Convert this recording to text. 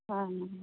ᱦᱮᱸ ᱢᱟ